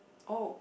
oh